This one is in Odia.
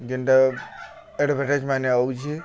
ଯେନ୍ଟା ଆଡ଼ର୍ଭଟାଇଜ୍ ମାନେ ଆଉଛେ